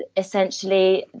ah essentially,